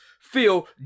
feel